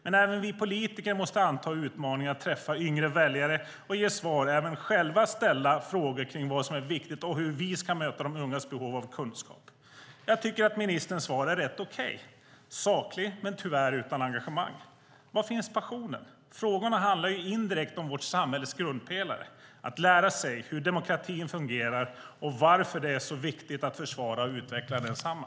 Men även vi politiker måste anta utmaningen att träffa yngre väljare och ge svar och även själva ställa frågor om vad som är viktigt och om hur vi ska möta de ungas behov av kunskap. Jag tycker att ministerns svar är rätt okej, sakligt men tyvärr utan engagemang. Var finns passionen? Frågorna handlar ju indirekt om vårt samhälles grundpelare, om att lära sig hur demokratin fungerar och om varför det är så viktigt att försvara och utveckla densamma.